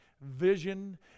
vision